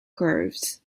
curves